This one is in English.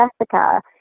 Jessica